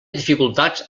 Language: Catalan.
dificultats